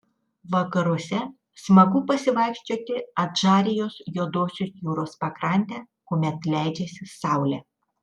vakaruose smagu pasivaikščioti adžarijos juodosios jūros pakrante kuomet leidžiasi saulė